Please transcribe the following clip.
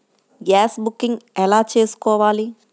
Gas booking ఎలా చేసుకోవాలి?